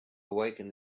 awaken